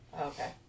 Okay